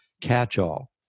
catch-all